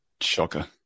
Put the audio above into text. shocker